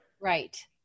Right